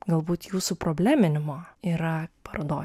galbūt jų suprobleminimo yra parodoj